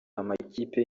amakipe